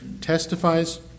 testifies